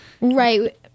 Right